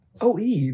OE